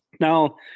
Now